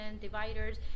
dividers